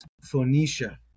Phoenicia